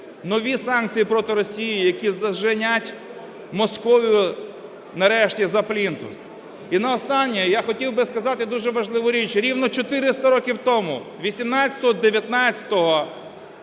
нові санкції проти Росії, які заженуть Московію нарешті "за плінтус". І наостаннє, я хотів би сказати дуже важливу річ: рівно 400 років тому, 18-19